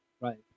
Right